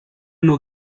nur